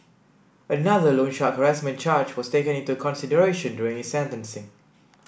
another loan shark harassment charge was taken into consideration during his sentencing